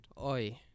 Oi